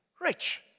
rich